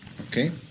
Okay